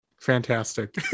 Fantastic